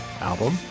album